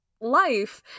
life